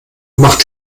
macht